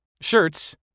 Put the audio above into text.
shirts